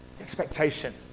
Expectation